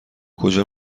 کجا